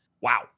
wow